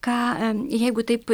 ką jeigu taip